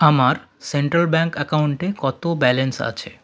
আমার central bank অ্যাকাউন্টে কত ব্যালেন্স আছে